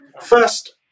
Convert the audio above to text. first